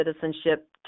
citizenship